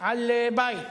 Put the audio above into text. על בית.